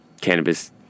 cannabis